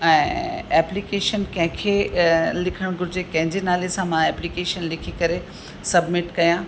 ऐं एप्लीकेशन कंहिंखे लिखणु घुर्जे कंहिंजे नाले सां मां एप्लीकेशन लिखी करे सबमिट कयां